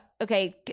Okay